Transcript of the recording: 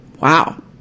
Wow